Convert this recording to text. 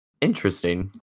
Interesting